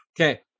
Okay